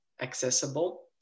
accessible